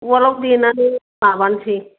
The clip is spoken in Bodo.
उवालाव देनानै माबानोसै